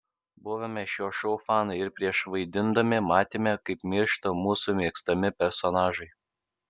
buvome šio šou fanai ir prieš vaidindami matėme kaip miršta mūsų mėgstami personažai